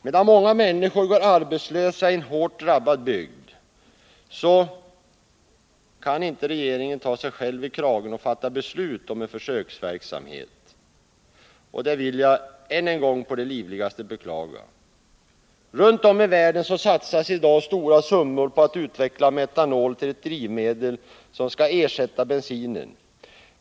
Medan många människor går arbetslösa i en hårt drabbad bygd, kan inte regeringen ta sig själv i kragen och fatta ett beslut om en försöksverksamhet. Det vill jag än en gång på det livligaste beklaga. Runt om i världen satsas i dag stora summor på att utveckla metanol till ett drivmedel som skall ersätta bensinen.